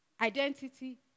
identity